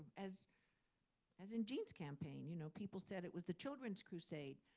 as as in gene's campaign. you know, people said it was the children's crusade.